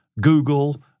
Google